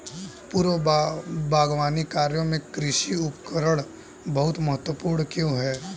पूर्व बागवानी कार्यों में कृषि उपकरण बहुत महत्वपूर्ण क्यों है?